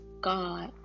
God